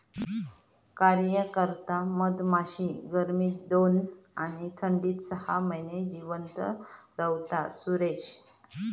कार्यकर्ता मधमाशी गर्मीत दोन आणि थंडीत सहा महिने जिवंत रव्हता, सुरेश